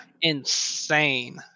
insane